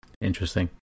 Interesting